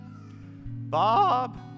Bob